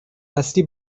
هستی